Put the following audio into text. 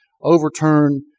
overturn